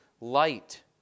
light